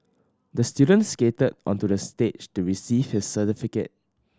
the student skated onto the stage to receive his certificate